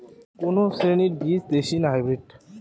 কোন শ্রেণীর বীজ দেশী না হাইব্রিড?